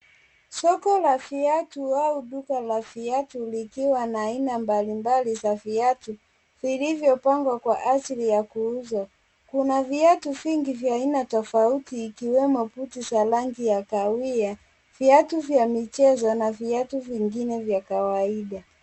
Soko la viatu au duka la viatu. Likiwa na aina mbalimbali za viatu. Vilivyopangwa kwa ajili ya kuuzwa. Kuna viatu vingi vya aina tofauti ikiwemo boots za rangi kawia, viatu vya mchezo na viatu vya mchezo na viatu vingine vya kawaida.